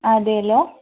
അതേലൊ